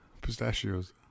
Pistachios